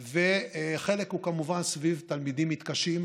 וחלק, כמובן, הוא סביב תלמידים מתקשים.